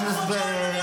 בוא,